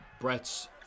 Brett's